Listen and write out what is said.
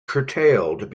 curtailed